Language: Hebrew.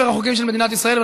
לספר החוקים של מדינת ישראל.